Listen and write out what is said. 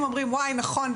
אומרים נכון,